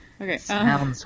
Okay